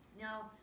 Now